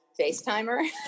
FaceTimer